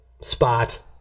spot